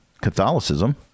Catholicism